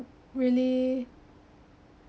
really